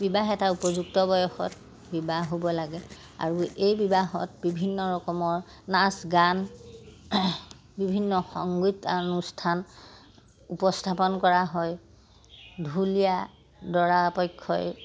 বিবাহ এটা উপযুক্ত বয়সত বিবাহ হ'ব লাগে আৰু এই বিবাহত বিভিন্ন ৰকমৰ নাচ গান বিভিন্ন সংগীত অনুষ্ঠান উপস্থাপন কৰা হয় ঢুলীয়া দৰাপক্ষই